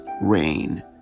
rain